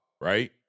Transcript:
right